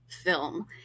film